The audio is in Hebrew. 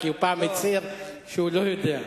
כי פעם הוא הצהיר שהוא לא יודע.